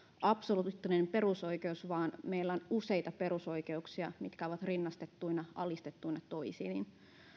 absoluuttinen perusoikeus vaan meillä on useita perusoikeuksia mitkä ovat rinnastettuina alistettuina toisiin